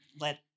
let